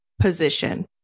position